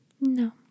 No